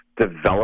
develop